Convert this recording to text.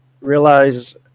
realize